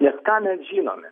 nes ką mes žinome